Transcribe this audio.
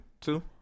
two